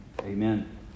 Amen